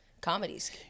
comedies